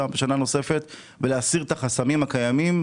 בשנה נוספת ולהסיר את החסמים הקיימים